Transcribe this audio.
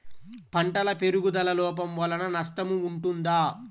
పంటల పెరుగుదల లోపం వలన నష్టము ఉంటుందా?